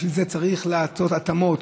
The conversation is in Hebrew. בשביל זה צריך לעשות התאמות.